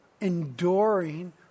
enduring